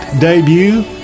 debut